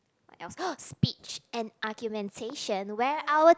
what else oh speech and argumentation where our